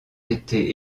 été